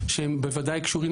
על ידי קובי.